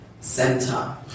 center